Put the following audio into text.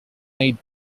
need